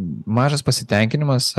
mažas pasitenkinimas